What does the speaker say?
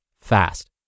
fast